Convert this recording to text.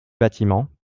bâtiment